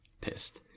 Pissed